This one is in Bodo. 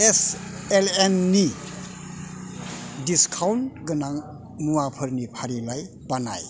एस एल एननि डिसकाउन्ट गोनां मुवाफोरनि फारिलाइ बानाय